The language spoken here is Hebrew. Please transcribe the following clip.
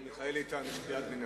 לשר מיכאל איתן יש קריאת ביניים.